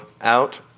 out